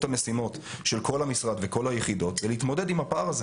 המשימות של כל המשרד וכל היחידות הוא להתמודד עם הפער הזה.